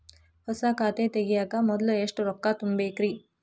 ಹೊಸಾ ಖಾತೆ ತಗ್ಯಾಕ ಮೊದ್ಲ ಎಷ್ಟ ರೊಕ್ಕಾ ತುಂಬೇಕ್ರಿ?